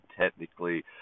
technically